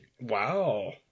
Wow